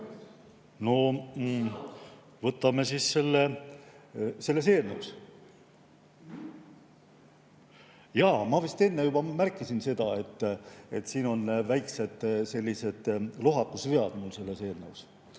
No võtame siis … [Kas] selles eelnõus? Jaa, ma vist enne juba märkisin seda, et siin on väiksed sellised lohakusvead mul selles eelnõus.